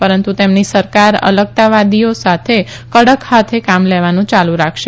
પરંતુ તેમની સરકાર અલગતાવાદીઓ સાથે કડક હાથે કામ લેવાનું યાલુ રાખશે